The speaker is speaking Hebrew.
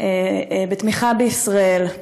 בתמיכת ישראל,